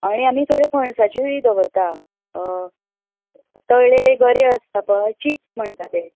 आनी आमी थोडे फणसाचींऊय दवरता तळ्ळेले गरे आसता पळय चिप्स म्हणता ते